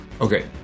Okay